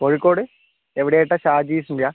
കോഴിക്കോട് എവിടെയായിട്ടാണ് ഷാജീഷിൻ്റെയാണോ